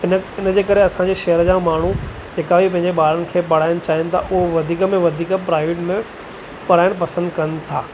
इन इन जे करे असांजे शहर जा माण्हू जेका बि पंहिंजे ॿारनि खे पढ़ाइनि चाहिनि था उहो वधीक में वधीक प्राइवेट में पढ़ाइणु पसंदि कनि था